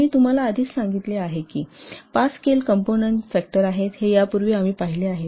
मी तुम्हाला आधीच सांगितले आहे की पाच स्केल कंपोनंन्ट फॅक्टर आहेत हे यापूर्वी आम्ही पाहिले आहे